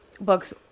books